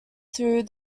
through